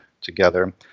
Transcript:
together